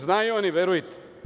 Znaju oni, verujte.